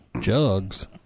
Jugs